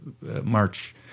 March